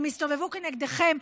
הן יסתובבו כנגדכם,